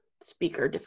speaker